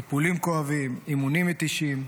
טיפולים כואבים ואימונים מתישים,